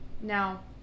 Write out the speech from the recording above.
Now